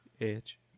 edge